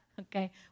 okay